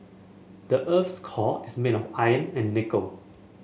the earth's core is made of iron and nickel